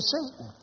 Satan